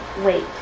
wait